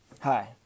Hi